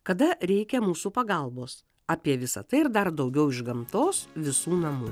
kada reikia mūsų pagalbos apie visa tai ir dar daugiau iš gamtos visų namų